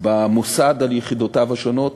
במוסד על יחידותיו השונות